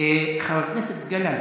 חבר הכנסת גלנט,